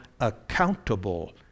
accountable